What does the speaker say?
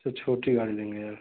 तो छोटी गाड़ी लेंगे